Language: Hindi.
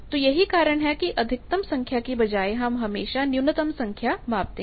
तो यही कारण है कि अधिकतम संख्या की बजाय हम हमेशा न्यूनतम संख्या मापते हैं